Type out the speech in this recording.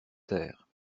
terre